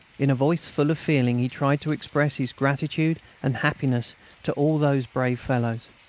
in a voice full of feeling he tried to express his gratitude and happiness to all those brave fellows.